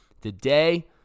Today